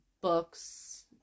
books